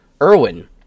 Irwin